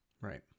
Right